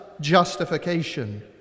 justification